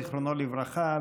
זיכרונו לברכה,